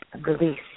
release